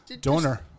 donor